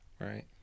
Right